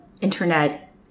internet